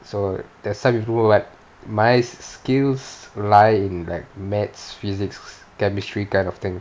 so there's some improvement like my skills lie in like mathematics physics chemistry kind of thing